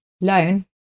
loan